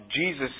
Jesus